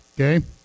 Okay